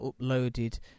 uploaded